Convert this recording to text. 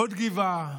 עוד גבעה